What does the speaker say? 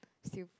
still